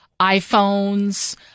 iPhones